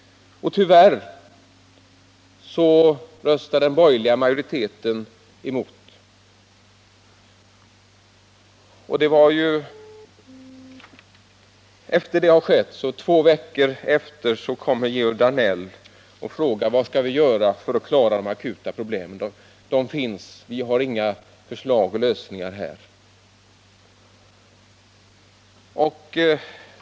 Tyvärr röstade den borgerliga majoriteten ned dem. Två veckor senare kommer så Georg Danell och frågar: Vad skall vi göra för att klara de akuta problemen? Har vi inga förslag till lösningar?